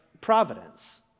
providence